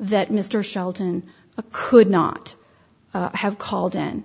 that mr shelton a could not have called in